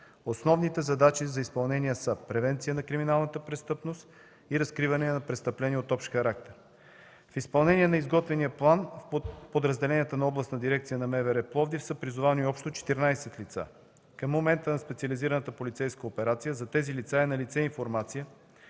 Основните задачи за изпълнение са превенция на криминалната престъпност и разкриване на престъпления от общ характер. В изпълнение на изготвения план от подразделението на Областна дирекция на МВР в Пловдив са призовани общо 14 лица. Към момента на специализираната полицейска операция за тези лица е налице информация,